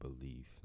belief